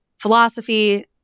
philosophy